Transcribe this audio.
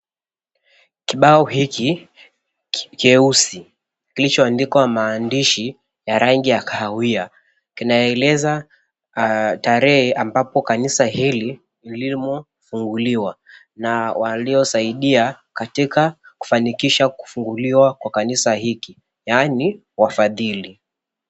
Kibao hiki kieusi kilichoandikwa maandishi ya rangi ya kahawia, kinaeleza tarehe ambapo kanisa hili lilimofunguliwa na waliosaidia katika kufanikisha kufunguliwa kwa kanisa hiki yaani wafadhili.